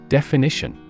Definition